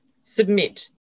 submit